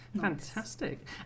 Fantastic